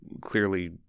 clearly